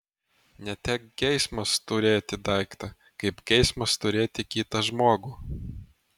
ne tiek geismas turėti daiktą kaip geismas turėti kitą žmogų